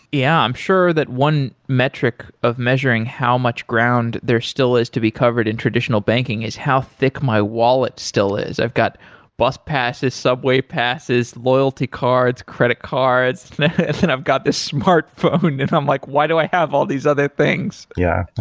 yeah, i'm sure that one metric of measuring how much ground there still is to be covered in traditional banking is how thick my wallet still is. i've got bus passes, subway passes, loyalty cards, credit cards. then and i've got this smartphone and i'm like, why do i have all these other things? yeah. i